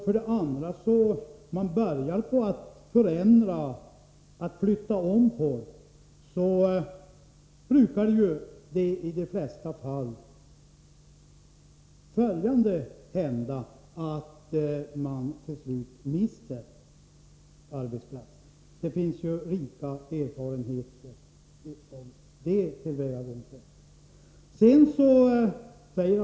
För det andra brukar det i de flesta fall när man börjar flytta om folk hända att man till slut mister arbetsplatser. Det finns ju rika erfarenheter när det gäller det tillvägagångssättet.